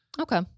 Okay